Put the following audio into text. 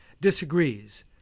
disagrees